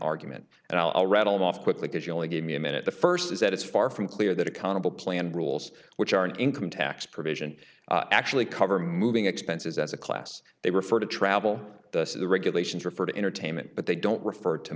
argument and i'll read almost quickly because you only gave me a minute the first is that it's far from clear that accountable plan rules which are an income tax provision actually cover moving expenses as a class they refer to travel the regulations refer to entertainment but they don't refer to